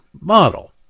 model